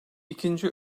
ikinci